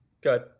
good